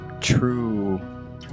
true